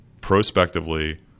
prospectively